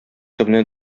төбенә